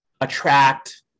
attract